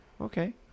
Okay